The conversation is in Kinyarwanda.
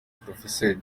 professor